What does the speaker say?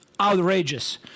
outrageous